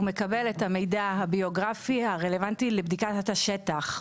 הוא מקבל את המידע הביוגרפי הרלוונטי לבדיקת השטח.